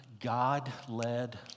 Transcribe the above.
God-led